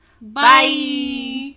Bye